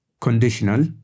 Conditional